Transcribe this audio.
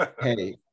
Hey